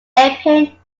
epping